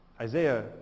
Isaiah